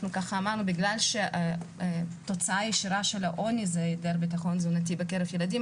בגלל שהתוצאה הישירה של העוני זה היעדר ביטחון תזונתי בקרב ילדים,